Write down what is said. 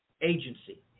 agency